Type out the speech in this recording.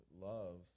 love